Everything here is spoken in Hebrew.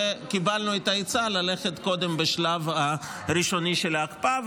וקיבלנו את העצה ללכת קודם לשלב הראשוני של ההקפאה,